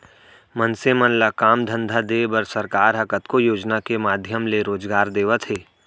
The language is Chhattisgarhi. मनसे मन ल काम धंधा देय बर सरकार ह कतको योजना के माधियम ले रोजगार देवत हे